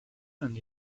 and